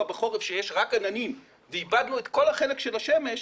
בכל זאת שיש רק עננים ואיבדנו את כל החלק של השמש,